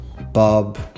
Bob